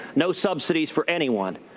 no subsidies for anyone.